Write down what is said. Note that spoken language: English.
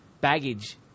baggage